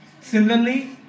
Similarly